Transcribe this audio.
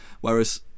Whereas